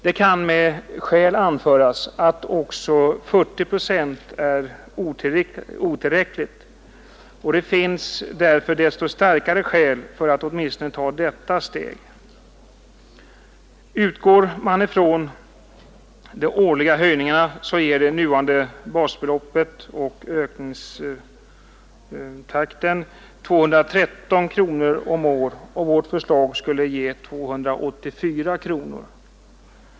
Det kan med skäl anföras att också 40 procent är otillräckligt, och det finns därför desto starkare skäl för att åtminstone ta det steg som vi föreslår. Med nuvarande basbelopp och ökningstakt ger de årliga höjningarna 213 kronor medan vårt förslag skulle ge 284 kronor.